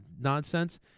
nonsense